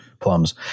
plums